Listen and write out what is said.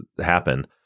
happen